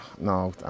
no